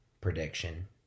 prediction